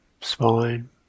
Spine